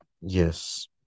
Yes